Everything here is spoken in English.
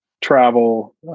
travel